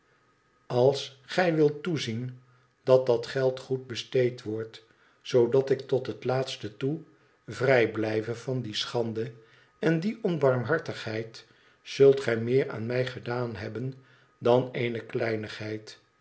al gij wilt toezien dat dat geld goed besteed wordt zoodat ik tot het laatste toe vrij blijve van die schande en die onbarmhartigheid zult gij meer aan mij gedaan hebben dan eene kleinigheid